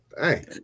Hey